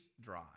dry